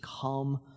come